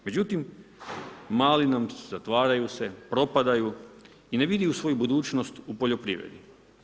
Međutim, mali nam, zatvaraju se, propadaju i ne vide svoju budućnost u poljoprivredi.